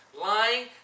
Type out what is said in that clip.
Lying